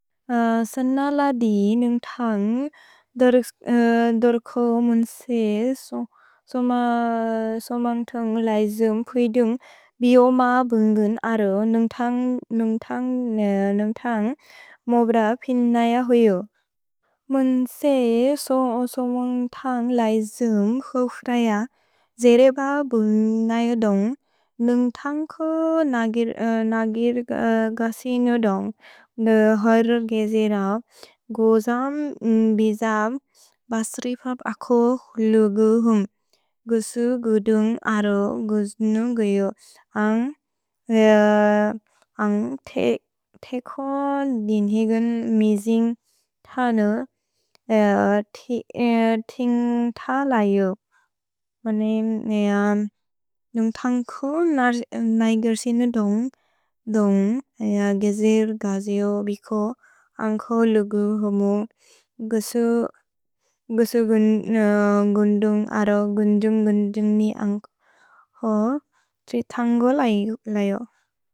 स न ल दि न्न्ग् थन्ग् दोर्को मुन्से सोमोन्ग्थन्ग् लैजुम् प्विदुन्ग् बिओम बुन्गुन् अरो न्न्ग् थन्ग् मोब्र पिन् नय हुयो। मुन्से सोमोन्ग्थन्ग् लैजुम् खुफ्र य जेरेब बुन् नय दोन्ग् न्न्ग् थन्ग् को नगिर् गसि न्यो दोन्ग् धोय्र् गे जेरओ। गोजम् बिजव् बस्रिपप् अको लुगु हुम्। गुसु गुदुन्ग् अरो गुज्नु गुयो। अन्ग् तेखो दिन्हेगुन् मिजिन् थने तिन्ग् थलयु। मुनिम् न्ग य न्न्ग् थन्ग् को नगिर् सिनु दोन्ग् धोय्र् गे जेरओ गसि यो। भिको अन्ग् को लुगु हुमु। गुसु गुन्दुन्ग् अरो गुजुन्ग् गुजुन्ग् नि अन्ग् हो। धोय्र् थन्ग् को लयु।